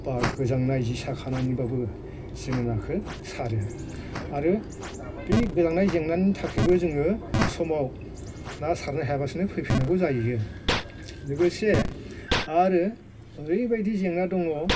बा गोजांनाय जि साखानानैबो जों नाखौ सारो आरो बे गोजांनाय जेंनानि थाखायबो जोङो समाव ना सारनो हायाबासिनो फैफिननांगौबो जाहैयो लोगोसे आरो ओरैबायदि जेंना दङ